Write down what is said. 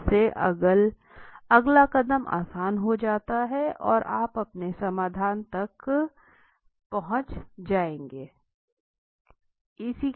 इससे अगला कदम आसान हो जाता है की आप अपने समाधान तक केस पहुंचेंगे